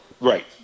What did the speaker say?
Right